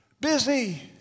busy